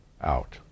out